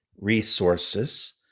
resources